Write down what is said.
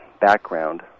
background